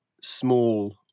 small